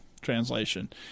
translation